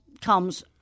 comes